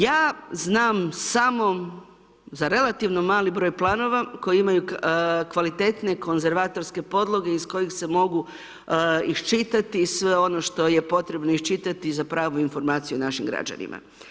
Ja znam samo za relativno mali broj planova koji imaju kvalitetne konzervatorske podloge iz kojih se mogu iščitati sve ono što je potrebno iščitati za pravu informaciju našim građanima.